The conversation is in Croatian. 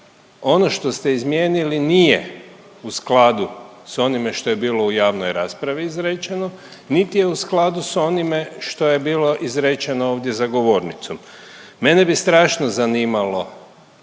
ono što ste izmijenili nije u skladu s onime što je bilo u javnoj raspravi izrečeno, niti je u skladu s onime što je bilo izrečeno ovdje za govornicom. Mene bi strašno zanimalo